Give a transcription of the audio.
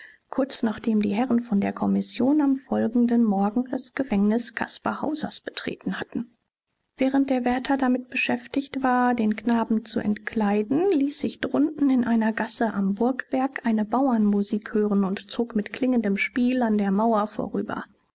kurz nachdem die herren von der kommission am folgenden morgen das gefängnis caspar hausers betreten hatten während der wärter damit beschäftigt war den knaben zu entkleiden ließ sich drunten in einer gasse am burgberg eine bauernmusik hören und zog mit klingendem spiel an der mauer vorüber